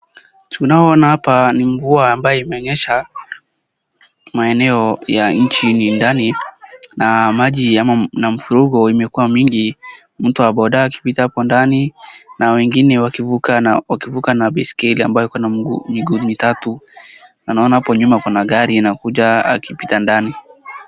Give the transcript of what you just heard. Tunaona hapa ni mvua ambayo imenyesha maeneo ya nchini ndani na maji ama mafuriko imekuwa mingi, mtu wa boda akipita hapo ndani na wengine wakivuka na baiskeli ambayo iko na mguu mitatu na naona hapo nyuma kuna gari inakuja akipita ndani.